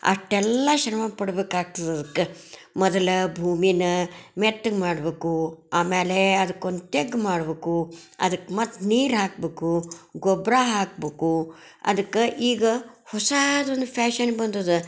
ಅಷ್ಟೆಲ್ಲ ಶ್ರಮಪಡ್ಬೇಕಾಗ್ತದೆ ಅದಕ್ಕೆ ಮೊದಲು ಭೂಮಿನ ಮೆತ್ತಗೆ ಮಾಡಬೇಕು ಆಮೇಲೇ ಅದಕ್ಕೊಂದು ತೆಗ್ಗು ಮಾಡ್ಬೇಕು ಅದಕ್ಕೆ ಮತ್ತು ನೀರು ಹಾಕ್ಬೇಕು ಗೊಬ್ಬರ ಹಾಕ್ಬೇಕು ಅದಕ್ಕೆ ಈಗ ಹೊಸಾದೊಂದು ಫ್ಯಾಶನ್ ಬಂದಿದೆ